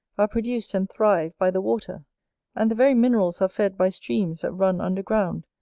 are produced and thrive by the water and the very minerals are fed by streams that run under ground,